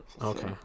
Okay